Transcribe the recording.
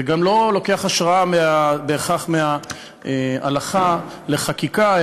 וגם לא לוקח גם השראה בהכרח מההלכה לחקיקה,